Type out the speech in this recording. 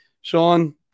Sean